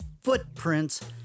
footprints